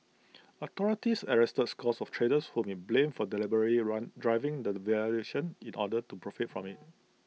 authorities arrested scores of traders whom IT blamed for deliberately run driving the devaluation in order to profit from IT